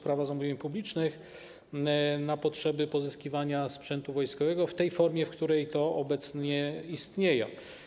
Prawa zamówień publicznych na potrzeby pozyskiwania sprzętu wojskowego w tej formie, w której to obecnie istnieje.